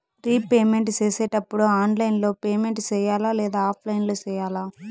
repayment సేసేటప్పుడు online లో payment సేయాలా లేదా ఆఫ్లైన్ లో సేయాలా